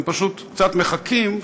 הם פשוט קצת מחכים,